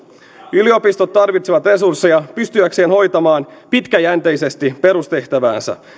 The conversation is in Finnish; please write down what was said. yliopistot tarvitsevat resursseja pystyäkseen hoitamaan pitkäjänteisesti perustehtäväänsä